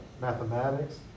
mathematics